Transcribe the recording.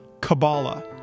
Kabbalah